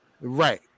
Right